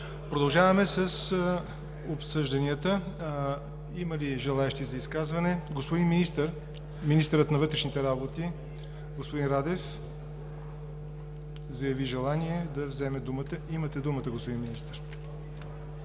Продължаваме с обсъжданията. Има ли желаещи за изказване? Министърът на Вътрешните работи – господин Радев, заяви желание да вземе думата. Имате думата, господин Министър.